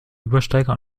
übersteiger